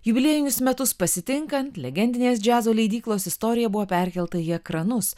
jubiliejinius metus pasitinkant legendinės džiazo leidyklos istorija buvo perkelta į ekranus